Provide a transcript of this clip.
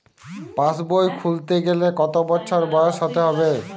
পাশবই খুলতে গেলে কত বছর বয়স হতে হবে?